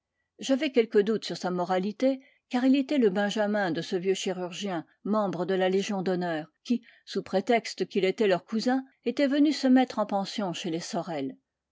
j'avais quelques doutes sur sa moralité car il était le benjamin de ce vieux chirurgien membre de la légion d'honneur qui sous prétexte qu'il était leur cousin était venu se mettre en pension chez les sorel